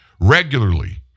Regularly